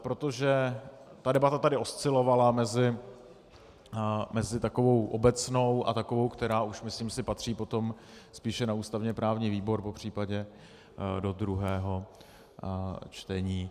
Protože ta debata tady oscilovala mezi takovou obecnou a takovou, která už, myslím si, patří potom spíše na ústavněprávní výbor, popř. do druhého čtení.